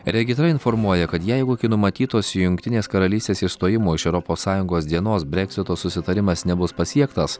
regitra informuoja kad jeigu iki numatytos jungtinės karalystės išstojimo iš europos sąjungos dienos breksito susitarimas nebus pasiektas